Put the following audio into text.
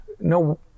no